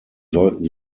sollten